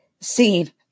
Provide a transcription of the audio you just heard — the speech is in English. seen